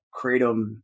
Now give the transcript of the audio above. Kratom